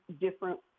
different